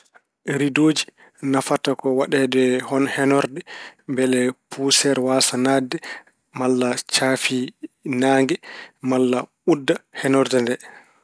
Ridooji nafata ko waɗeede e won heɗorɗe mbele puuseer waasaa naatde malla caafi naange malla udda heɗorɗe nde.